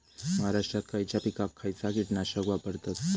महाराष्ट्रात खयच्या पिकाक खयचा कीटकनाशक वापरतत?